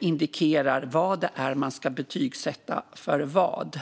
indikerar vad det är man ska betygsätta och för vad.